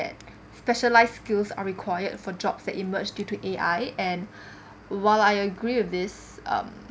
that specialised skills are required for jobs that emerged due to A_I and while I agree with this um